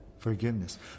Forgiveness